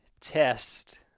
test